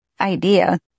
idea